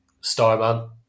Starman